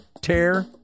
Tear